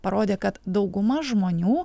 parodė kad dauguma žmonių